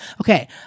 Okay